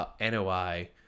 NOI